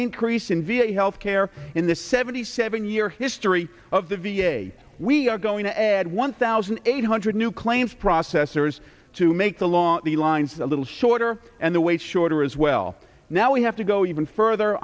increase in v a health care in the seventy seven year history of the v a we are going to add one thousand eight hundred new claims processors to make along the lines a little shorter and the wait shorter as well now we have to go even further